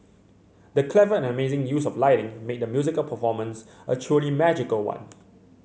the clever and amazing use of lighting made the musical performance a truly magical one